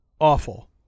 Awful